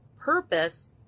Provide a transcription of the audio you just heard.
purpose